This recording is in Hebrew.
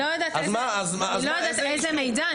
אני לא יודעת איזה מידע.